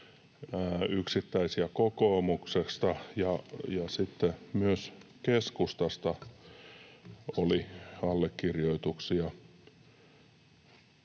yksittäisiä kokoomuksesta, ja myös keskustasta oli allekirjoituksia,